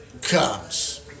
comes